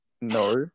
no